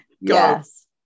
yes